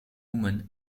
woman